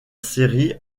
série